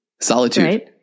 Solitude